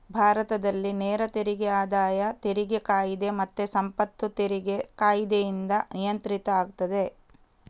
ಭಾರತದಲ್ಲಿ ನೇರ ತೆರಿಗೆ ಆದಾಯ ತೆರಿಗೆ ಕಾಯಿದೆ ಮತ್ತೆ ಸಂಪತ್ತು ತೆರಿಗೆ ಕಾಯಿದೆಯಿಂದ ನಿಯಂತ್ರಿತ ಆಗ್ತದೆ